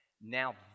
Now